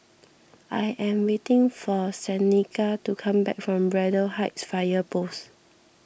I am waiting for Seneca to come back from Braddell Heights Fire Post